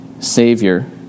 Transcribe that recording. Savior